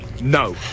No